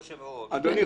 כבוד היושב-ראש --- אדוני,